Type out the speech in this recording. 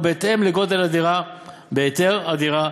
או בהתאם לגודל הדירה בהיתר הדירה,